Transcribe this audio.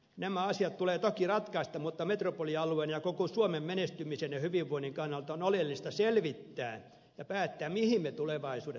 nämä asiat tulee toki ratkaista mutta metropolialueen ja koko suomen menestymisen ja hyvinvoinnin kannalta on oleellista selvittää ja päättää mihin me tulevaisuudessa keskitymme